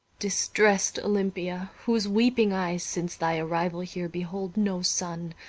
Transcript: distress'd olympia, whose weeping eyes, since thy arrival here, behold no sun,